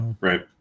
right